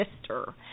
sister